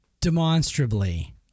demonstrably